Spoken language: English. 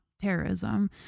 terrorism